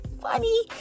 funny